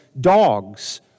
dogs